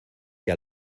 que